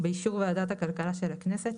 ובאישור ועדתהכלכלה של הכנסת,